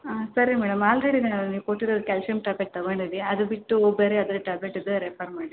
ಹಾಂ ಸರಿ madam already ನಾನು ನೀವು ಕೊಟ್ಟಿರೋದು ಕ್ಯಾಲ್ಸಿಯಮ್ ಟ್ಯಾಬ್ಲೆಟ್ ತಗೊಂಡಿದ್ದೆ ಅದು ಬಿಟ್ಟು ಓ ಬೇರೆ ಯಾವ್ದಾರು ಟ್ಯಾಬ್ಲೆಟ್ ಇದ್ದರೆ ರೆಫರ್ ಮಾಡಿ